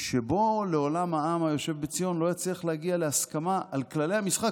שבו לעולם העם היושב בציון לא יצליח להסכמה על כללי המשחק,